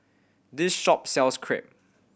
this shop sells Crepe